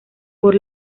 por